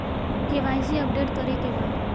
KYC update करे के बा?